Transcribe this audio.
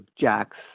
jack's